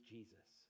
Jesus